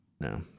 No